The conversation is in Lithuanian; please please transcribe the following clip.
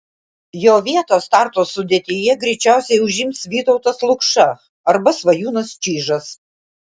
jo vietą starto sudėtyje greičiausiai užims vytautas lukša arba svajūnas čyžas